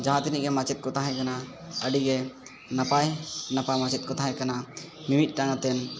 ᱡᱟᱦᱟᱸ ᱛᱤᱱᱟᱹᱜ ᱜᱮ ᱢᱟᱪᱮᱫ ᱠᱚ ᱛᱟᱦᱮᱸ ᱠᱟᱱᱟ ᱟᱹᱰᱤᱜᱮ ᱱᱟᱯᱟᱭ ᱱᱟᱯᱟᱭ ᱢᱟᱪᱮᱫ ᱠᱚ ᱛᱟᱦᱮᱸ ᱠᱟᱱᱟ ᱢᱤᱢᱤᱫᱴᱟᱝ ᱟᱛᱮᱱ